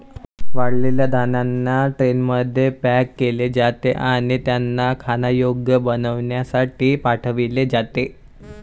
वाळलेल्या धान्यांना ट्रेनमध्ये पॅक केले जाते आणि त्यांना खाण्यायोग्य बनविण्यासाठी पाठविले जाते